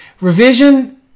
revision